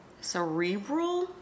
cerebral